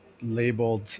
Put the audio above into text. labeled